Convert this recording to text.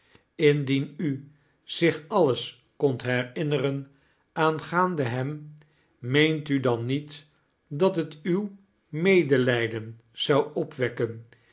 indien u zich alles kondt herinneren aangaande hem meent u dan niet dat het uw medelqden zou opwekken